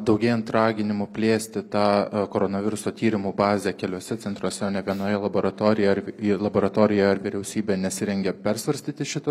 daugėjant raginimų plėsti tą koronaviruso tyrimų bazę keliuose centruose ne vienoje laboratorijoj ar į laboratoriją ar vyriausybė nesirengia persvarstyti šito